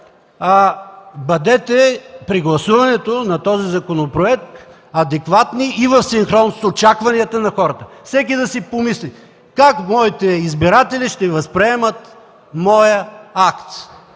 воля. При гласуването на законопроекта бъдете адекватни и в синхрон с очакванията на хората. Всеки да си помисли: „Как моите избиратели ще възприемат моя акт,